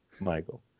Michael